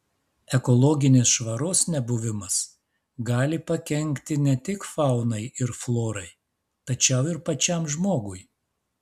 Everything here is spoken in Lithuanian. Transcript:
ekologinės švaros nebuvimas gali pakenkti ne tik faunai ir florai tačiau ir pačiam žmogui